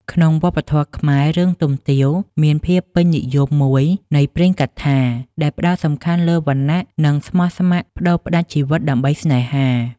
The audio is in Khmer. ក្នុងវប្បធម៌ខ្មែរ រឿង ទុំទាវ មានភាពពេញនិយមមួយនៃព្រេងកថា ដែលផ្តោតសំខាន់លើវណ្ណះ និងស្មោះស្ម័គ្រប្តូរផ្តាច់ជីវិតដើម្បីស្នេហា។